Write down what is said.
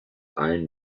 allen